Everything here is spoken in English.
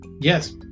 Yes